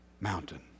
mountain